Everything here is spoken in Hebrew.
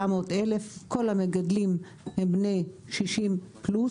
700,000. כל המגדלים הם בני 60 פלוס,